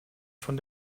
von